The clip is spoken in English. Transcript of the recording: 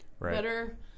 better